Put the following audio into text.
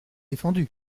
défendu